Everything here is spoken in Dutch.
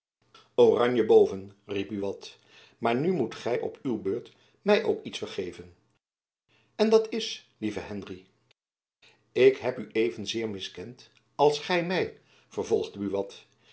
oranje boven riep buat maar nu moet gy op uwe beurt my ook iets vergeven en dat is lieve henry ik heb u evenzeer miskend als gy my vervolgde